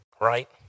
right